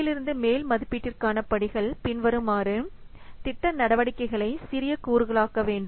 கீழிருந்து மேல் மதிப்பீட்டிற்கான படிகள் பின்வருமாறு திட்ட நடவடிக்கைகளை சிறிய கூறுகளாக வேண்டும்